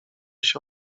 się